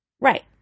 Right